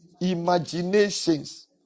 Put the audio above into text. imaginations